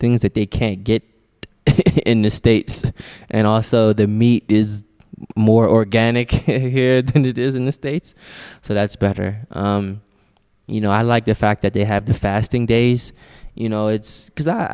things that they can't get in the states and also their meat is more organic here than it is in the states so that's better you know i like the fact that they have the fasting days you know it's because i